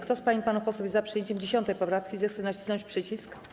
Kto z pań i panów posłów jest za przyjęciem 10. poprawki, zechce nacisnąć przycisk.